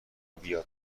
بیاد